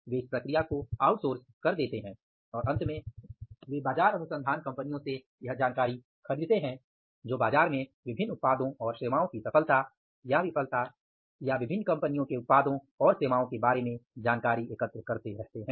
वे इस प्रक्रिया को आउटसोर्स कर देते हैं और अंत में वे बाजार अनुसंधान कंपनियों से यह जानकारी खरीदते है जो बाजार में विभिन्न उत्पादों और सेवाओं की सफलता या विफलता या विभिन्न कंपनियों के उत्पादों और सेवाओं के बारे में जानकारी एकत्र करते रहते हैं